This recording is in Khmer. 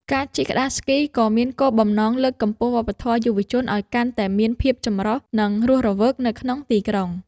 ការជិះក្ដារស្គីក៏មានគោលបំណងលើកកម្ពស់វប្បធម៌យុវជនឱ្យកាន់តែមានភាពចម្រុះ និងរស់រវើកនៅក្នុងទីក្រុង។